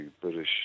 British